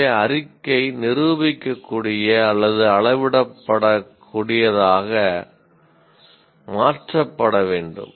எனவே அறிக்கை நிரூபிக்கக்கூடிய அல்லது அளவிடக்கூடியதாக மாற்றப்பட வேண்டும்